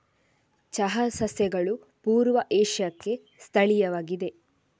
ಚಹಾ ಸಸ್ಯಗಳು ಪೂರ್ವ ಏಷ್ಯಾಕ್ಕೆ ಸ್ಥಳೀಯವಾಗಿವೆ